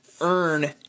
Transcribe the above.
earn